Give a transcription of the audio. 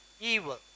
evil